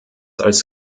als